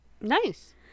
Nice